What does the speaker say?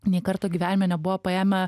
nė karto gyvenime nebuvo paėmę